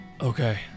Okay